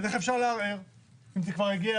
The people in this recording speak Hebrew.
אז איך אפשר לערער אם זה כבר הגיע